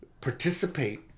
participate